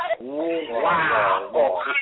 Wow